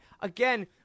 again